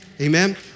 Amen